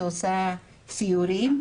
שעושה סיורים,